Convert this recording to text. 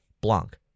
Blanc